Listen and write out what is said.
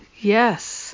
yes